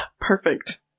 perfect